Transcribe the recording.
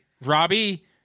Robbie